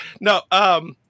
no